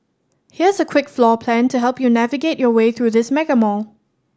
here's a quick floor plan to help you navigate your way through this mega mall